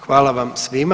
Hvala vam svima.